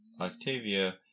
Octavia